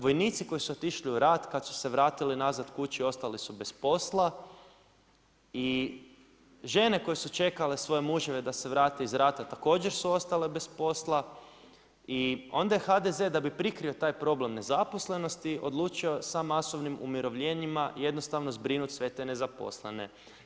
Vojnici koji su otišli u rat kad su se vratili nazad kući, ostali su bez posla i žene koje su čekale svoje muževe da se vrate iz rata, također su ostale bez posla i onda je HDZ da bi prikrio taj problem nezaposlenosti, odlučio sa masovnim umirovljenjima jednostavno zbrinuti sve te nezaposlene.